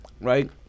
right